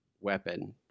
weapon